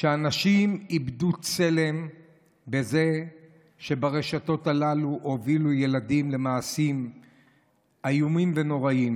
שאנשים איבדו צלם בזה שברשתות הללו הובילו ילדים למעשים איומים ונוראים.